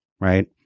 right